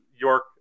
York